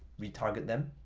retarget them,